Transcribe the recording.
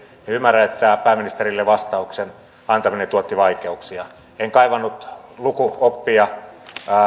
ymmärrän että pääministerille vastauksen antaminen tuotti vaikeuksia en kaivannut lukuoppia